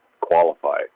qualify